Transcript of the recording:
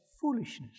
foolishness